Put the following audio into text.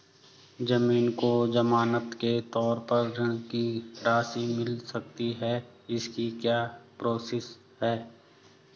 ज़मीन को ज़मानत के तौर पर ऋण की राशि मिल सकती है इसकी क्या प्रोसेस है?